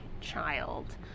child